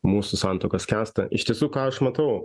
mūsų santuokos skęsta iš tiesų ką aš matau